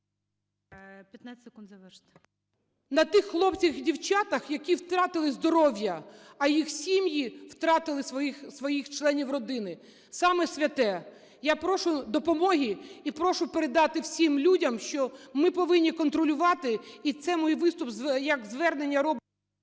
…на тих хлопцях і дівчатах, які втратили здоров'я, а їх сім'ї втратили своїх членів родини, саме святе. Я прошу допомоги і прошу передати всім людям, що ми повинні контролювати, і це мій виступ як звернення...